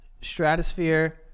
Stratosphere